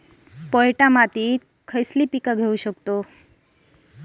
पोयटा मातीमध्ये कोणते पीक घेऊ शकतो?